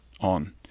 on